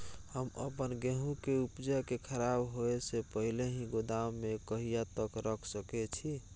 हम अपन गेहूं के उपजा के खराब होय से पहिले ही गोदाम में कहिया तक रख सके छी?